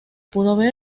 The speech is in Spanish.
pude